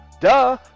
Duh